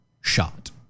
shot